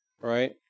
right